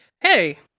Hey